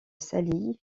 sali